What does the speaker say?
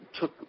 took